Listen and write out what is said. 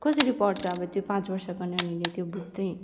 कसरी पढ्छ अब त्यो पाँच वर्षको नानीले त्यो बुक चाहिँ